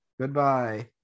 Goodbye